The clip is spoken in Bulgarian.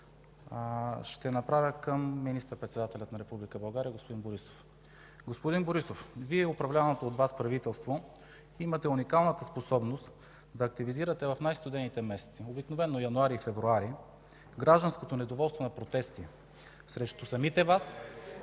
ще отправя към министър-председателя на Република България господин Борисов. Господин Борисов, Вие и управляваното от Вас правителство имате уникалната способност да активизирате в най-студените месеци – обикновено януари и февруари, гражданското недоволство на протести срещу самите Вас